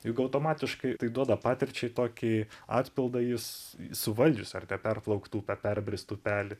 juk automatiškai tai duoda patirčiai tokį atpildą jis suvaldžius ar te perplaukt upę perbrist upelį